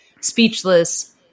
speechless